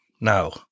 now